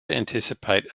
anticipate